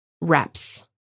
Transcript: reps